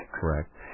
Correct